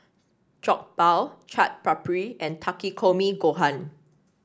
Jokbal Chaat Papri and Takikomi Gohan